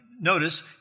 notice